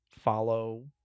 follow